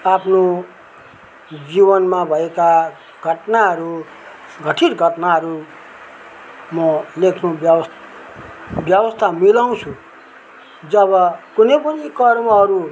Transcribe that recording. आफ्नो जीवनमा भएका घटनाहरू घठित घटनाहरू म लेख्न व्यव व्यवस्था मिलाउँछु जब कुनै पनि कर्महरू